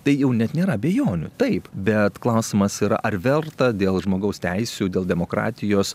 tai jau net nėra abejonių taip bet klausimas yra ar verta dėl žmogaus teisių dėl demokratijos